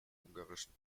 ungarischen